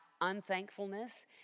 unthankfulness